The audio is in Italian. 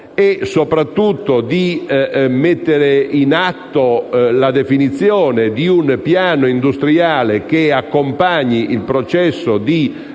e soprattutto di mettere in atto la definizione di un piano industriale che accompagni il processo di